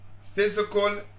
physical